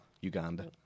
Uganda